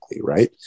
right